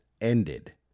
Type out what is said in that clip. ended